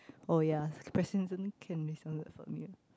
oh ya President-Kennedy sounded familiar